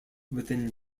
within